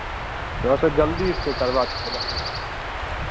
थोड़ा सा जल्दी इस पर करवा